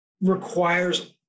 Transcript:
requires